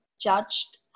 judged